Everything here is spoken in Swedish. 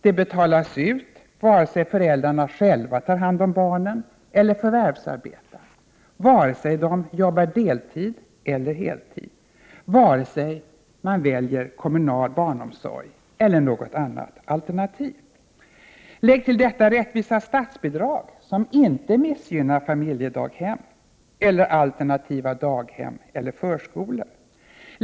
Det betalas ut vare sig föräldrarna själva tar hand om barnen eller förvärvsarbetar, vare sig de jobbar deltid eller heltid och vare sig de väljer kommunal barnomsorg eller något annat alternativ. Lägg till detta rättvisa statsbidrag, som inte missgynnar familjedaghem eller alternativa daghem eller förskolor.